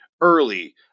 early